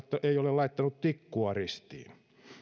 ei ole laittanut tikkua ristiin